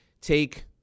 Take